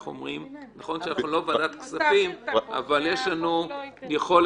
נכון שאנחנו לא ועדת כספים, אבל יש לנו יכולת.